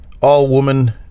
all-woman